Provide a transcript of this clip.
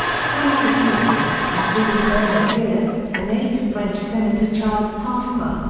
some other people, including bernard guillet, an aide to french senator charles pasqua,